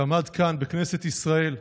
שעמד כאן בכנסת ישראל,